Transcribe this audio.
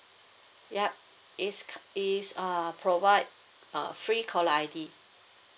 yup it's c~ it's uh provide uh free caller I_D